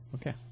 Okay